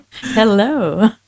Hello